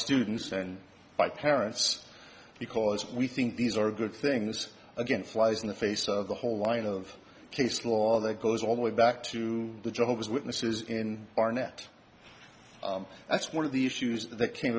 students and by parents because we think these are good things again flies in the face of the whole line of case law that goes all the way back to the jehovah's witnesses in our net that's one of the issues that came